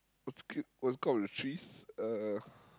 what's called the trees uh